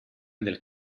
del